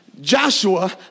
Joshua